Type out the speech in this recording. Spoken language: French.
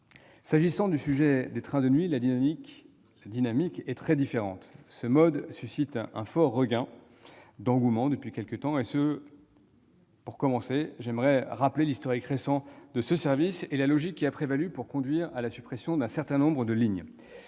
S'agissant du sujet des trains de nuit, la dynamique est très différente. Ce mode suscite un fort regain d'engouement depuis quelque temps. Pour commencer, j'aimerais rappeler l'historique récent de ce service et la logique qui a prévalu à la suppression d'un certain nombre de lignes.